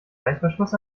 reißverschluss